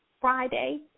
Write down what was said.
Friday